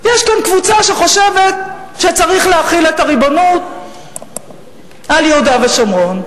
יש כאן קבוצה שחושבת שצריך להחיל את הריבונות על יהודה ושומרון,